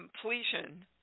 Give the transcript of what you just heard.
completion